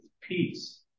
peace